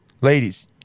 ladies